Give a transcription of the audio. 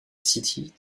city